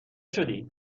شدی